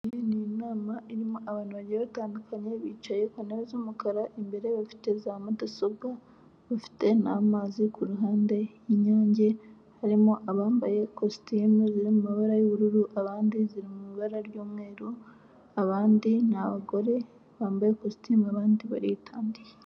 Iyi ni inama irimo abantu bagiye batandukanye bicaye ku ntebe z'umukara, imbere bafite za mudasobwa bafite n'amazi ku ruhande y'inyange, harimo abambaye kositimu ziri mu mabara y'ubururu, abandi ziri mu mabara ry'umweru, abandi n'abagore bambaye kositimu abandi baritandiye.